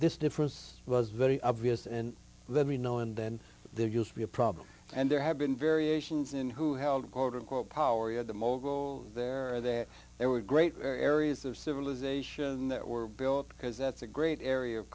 this difference was very obvious and then we know and then there used to be a problem and there have been variations in who held quote unquote power you had the mogul there or that there were great areas of civilization that were built because that's a great area of